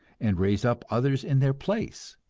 and raise up others in their place!